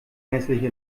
hässliche